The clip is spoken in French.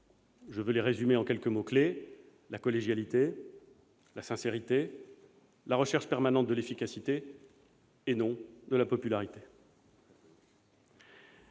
Je les résumerai en quelques mots-clefs : la collégialité, la sincérité, la recherche permanente de l'efficacité, et non de la popularité.